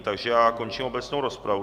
Takže končím obecnou rozpravu.